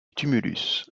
tumulus